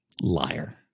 Liar